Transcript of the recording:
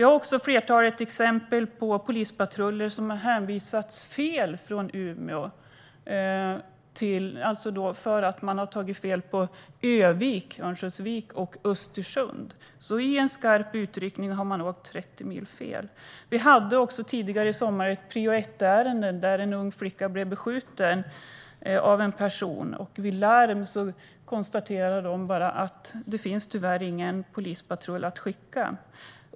Det finns flertalet exempel på polispatruller som har hänvisats fel från Umeå därför att man har tagit fel på Ö-vik, Örnsköldsvik, och Östersund. I en skarp uttryckning har de åkt 30 mil fel. Tidigare i somras fanns ett prio-1-ärende där en ung flicka blev beskjuten av en person. Vid larm konstaterades att det tyvärr inte fanns någon polispatrull att skicka.